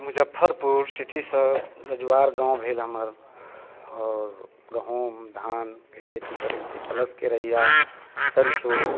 मुजफ्फरपुर सिटीसँ अजवाइर गाँव भेल हमर आओर गहुम धानके खेती करै छी प्लस केरैया सरिसो